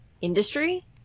industry